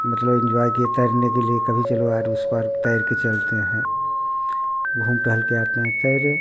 मतलब इन्जॉय किए तैरने के लिए कभी चलो आर उस पर तैर कर चलते हैं घूम टहल कर आते हैं तैरे